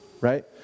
Right